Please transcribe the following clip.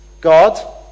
God